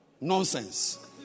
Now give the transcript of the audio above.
Nonsense